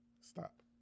Stop